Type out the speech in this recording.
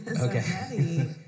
Okay